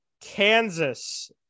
Kansas